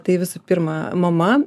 tai visų pirma mama